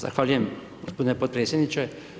Zahvaljujem gospodine podpredsjedniče.